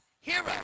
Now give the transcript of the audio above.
hero